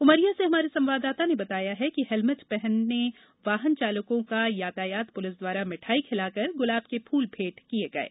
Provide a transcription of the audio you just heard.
उमरिया से हमारे संवाददाता ने बताया है कि हेलमेट पहने वाहन चालकों का यातायात पुलिस द्वारा मिठाई खिलाकर गुलाब के फूल भेंट किये गये